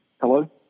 Hello